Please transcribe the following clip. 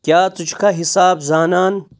کیٛاہ ژٕ چھُکھا حِساب زانان ؟